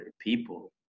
people